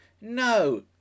No